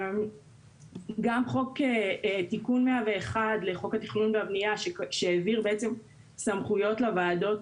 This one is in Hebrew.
גם חוק תיקון 101 לחוק התכנון והבנייה שהעביר בעצם סמכויות לוועדות